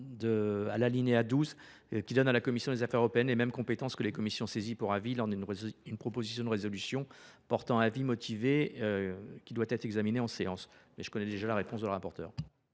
Il vise à donner à la commission des affaires européennes les mêmes compétences que les commissions saisies pour avis lorsqu’une proposition de résolution portant avis motivé doit être examinée en séance. Mais je connais déjà la réponse de la rapporteure…